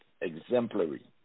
exemplary